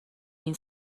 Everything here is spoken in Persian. این